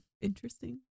interesting